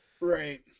Right